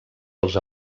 els